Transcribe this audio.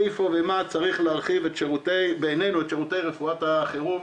איפה ומה צריך להרחיב בעיננו את שירותי רפואת החירום,